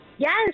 Yes